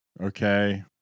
okay